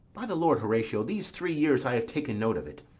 by the lord, horatio, these three years i have taken note of it,